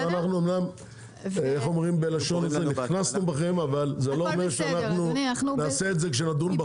אמנם "נכנסנו בכם" אבל זה לא אומר שנעשה את זה כשנדון בחוק.